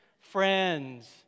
Friends